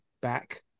back